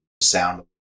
sound